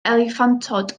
eliffantod